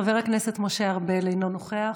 חבר הכנסת משה ארבל, אינו נוכח,